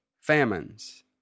famines